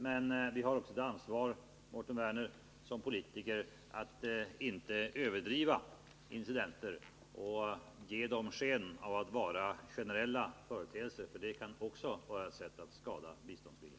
Men, Mårten Werner, vi har också ett ansvar som politiker att inte överdriva när incidenter har skett och ge dem sken av att vara generella företeelser. Också det kan nämligen vara ett sätt att skada biståndsviljan.